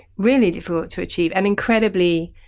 really difficult to achieve, and incredibly.